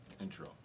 Intro